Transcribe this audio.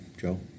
Joe